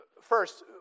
First